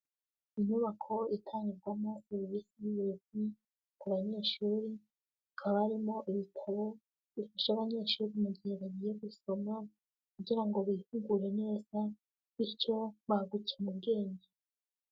Inyubako itangirwamo ireme ry'uburezi ku banyeshuri, hakaba harimo ibitabo bifasha abanyeshuri mu gihe bagiye gusoma, kugira ngo bitegure neza, bityo baguke mu bwenge.